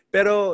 Pero